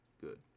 Good